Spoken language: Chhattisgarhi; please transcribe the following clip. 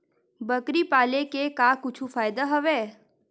बकरी पाले ले का कुछु फ़ायदा हवय?